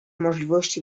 możliwości